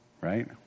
right